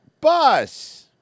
bus